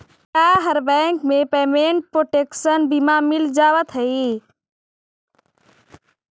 क्या हर बैंक में पेमेंट प्रोटेक्शन बीमा मिल जावत हई